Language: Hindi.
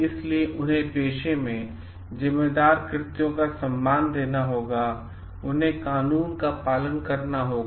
इसलिए उन्हें पेशे में जिम्मेदार कृत्यों को सम्मान देना होगा उन्हें कानून का पालन करना होगा